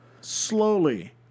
slowly